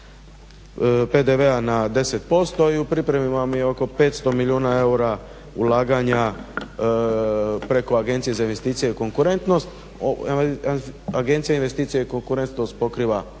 PDV-a na 10% i u pripremi vam je oko 500 milijuna eura ulaganja preko Agencije za investicije i konkurentnost. Agencija za investicije i konkurentnost pokriva